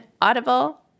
Audible